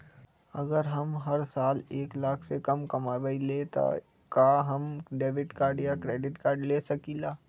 अगर हम हर साल एक लाख से कम कमावईले त का हम डेबिट कार्ड या क्रेडिट कार्ड ले सकीला?